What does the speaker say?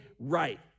right